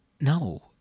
no